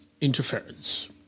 interference